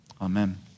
amen